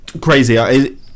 Crazy